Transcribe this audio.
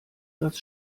das